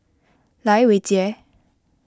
Lai Weijie